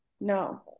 No